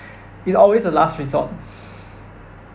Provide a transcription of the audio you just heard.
is always the last resort